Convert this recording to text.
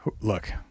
look